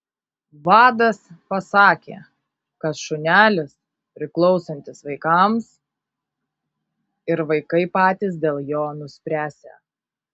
vadas pasakė kad šunelis priklausantis vaikams ir vaikai patys dėl jo nuspręsią